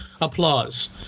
applause